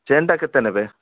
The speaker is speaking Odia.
ଚେନ୍ଟା କେତେ ନେବେ